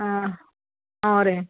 ಹಾಂ ಹಾಂ ರೀ